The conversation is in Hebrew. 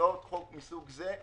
שבהצעות חוק מסוג זה,